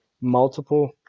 multiple